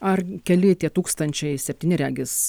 ar keli tie tūkstančiai septyni regis